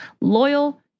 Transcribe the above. loyal